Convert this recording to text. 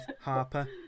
Harper